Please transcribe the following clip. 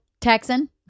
Texan